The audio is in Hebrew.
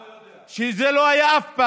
אתה יודע שיש גידול טבעי.